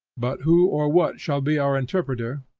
but who or what shall be our interpreter,